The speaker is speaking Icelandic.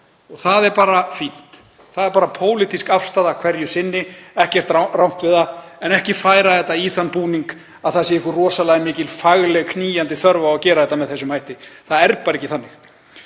og það er bara fínt, það er bara pólitísk afstaða hverju sinni, ekkert rangt við það, en ekki færa þetta í þann búning að það sé einhver rosalega mikil fagleg knýjandi þörf á því að gera þetta með þessum hætti. Það er bara ekki þannig.